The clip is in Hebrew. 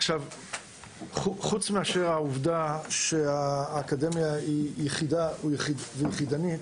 חוץ מאשר העובדה שהאקדמיה היא יחידה יחידנית,